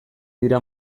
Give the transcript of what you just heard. dira